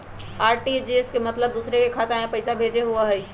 RTGS के मतलब दूसरे के खाता में पईसा भेजे होअ हई?